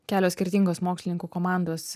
kelios skirtingos mokslininkų komandos